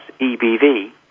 EBV